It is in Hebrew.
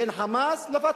בין "חמאס" ל"פתח"?